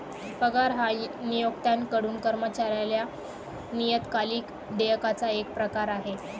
पगार हा नियोक्त्याकडून कर्मचाऱ्याला नियतकालिक देयकाचा एक प्रकार आहे